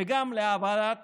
וגם להעברת